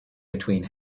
between